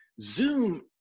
Zoom